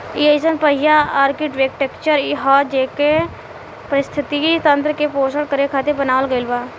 इ अइसन पहिला आर्कीटेक्चर ह जेइके पारिस्थिति तंत्र के पोषण करे खातिर बनावल गईल बा